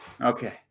Okay